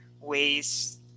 ways